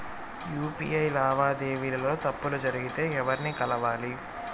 UPI లావాదేవీల లో తప్పులు జరిగితే ఎవర్ని కలవాలి?